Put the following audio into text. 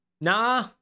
nah